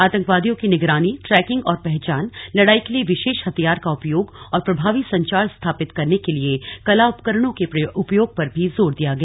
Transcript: आतंकवादियों की निगरानी ट्रेकिंग और पहचान लड़ाई के लिए विशेष हथियार का उपयोग और प्रभावी संचार स्थापित करने के लिए कला उपकरणों के उपयोग पर भी जोर दिया गया